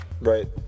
Right